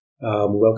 Welcome